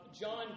John